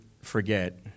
forget